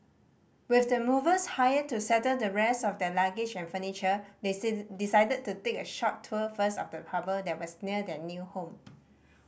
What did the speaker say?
with the movers hired to settle the rest of their luggage and furniture they decided to take a short tour first of the harbour that was near their new home